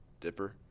dipper